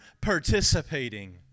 participating